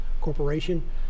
Corporation